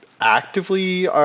actively